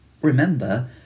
remember